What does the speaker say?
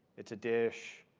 it's a dish.